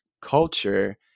culture